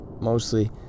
mostly